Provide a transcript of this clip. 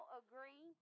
agree